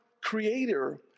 Creator